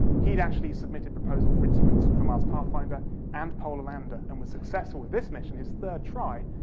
he'd actually submitted proposal for instruments from mars pathfinder and polar lander and was successful with this mission, his third try,